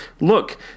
look